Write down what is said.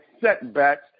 setbacks